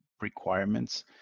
requirements